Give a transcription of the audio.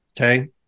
Okay